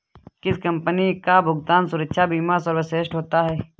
किस कंपनी का भुगतान सुरक्षा बीमा सर्वश्रेष्ठ होता है?